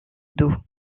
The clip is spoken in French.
dos